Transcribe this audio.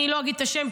אני לא אגיד את השם,